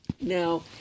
now